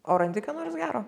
o randi ką nors gero